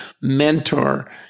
mentor